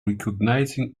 recognizing